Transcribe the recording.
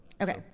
Okay